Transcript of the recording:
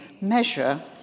measure